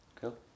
Cool